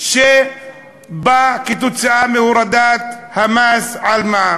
שבא מהורדת המס של המע"מ?